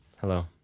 Hello